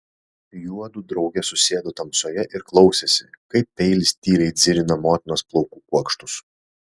juodu drauge susėdo tamsoje ir klausėsi kaip peilis tyliai dzirina motinos plaukų kuokštus